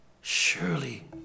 Surely